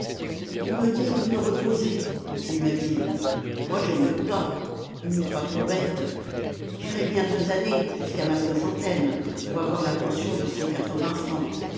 ils me disent de me reposer continua-t-il moi je ne veux pas ils me croient trop bête j'irai bien deux années jusqu'à ma soixantaine pour avoir la pension de cent quatre-vingts francs